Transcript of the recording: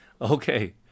Okay